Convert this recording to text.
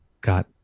got